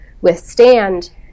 withstand